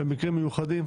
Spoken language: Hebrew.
במקרים מיוחדים,